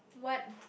what